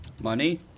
Money